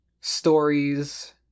Stories